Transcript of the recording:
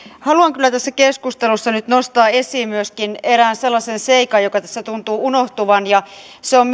haluan kyllä tässä keskustelussa nyt nostaa esiin myöskin erään sellaisen seikan joka tässä tuntuu unohtuvan se on